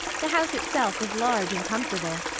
the house itself was large and comfortable,